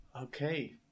Okay